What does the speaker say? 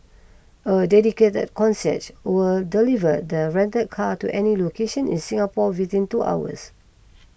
a dedicated concierge will deliver the rented car to any location in Singapore within two hours